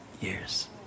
years